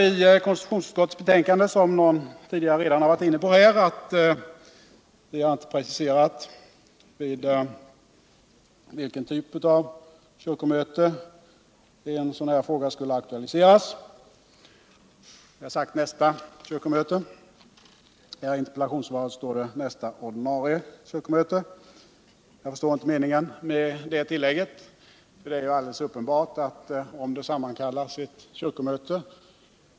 I konstitutionsutskottets betänkande har viinte preciserat vid vilken typ av kyrkomöte en sådan här fråga skulle aktualiseras. Vi har sagt ”nista kyrkomöte”. I interpellationssvaret talas det om ”nästa ordinarie kyrkomöte”. Jag förstår inte meningen med det tillägget. Det är uppenbart att om det sammankallas ett kyrkomöte.